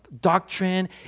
doctrine